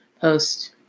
post